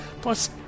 Plus